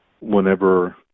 whenever